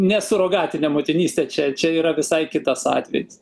ne surogatinė motinystė čia čia yra visai kitas atvejis